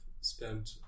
spent